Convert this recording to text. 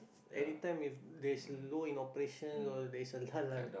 anytime with there's low in operation or there's a